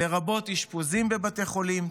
לרבות אשפוזים בבתי חולים,